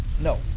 No